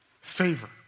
favor